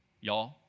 Y'all